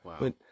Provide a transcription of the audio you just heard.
Wow